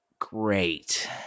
great